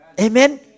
Amen